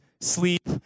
sleep